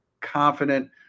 confident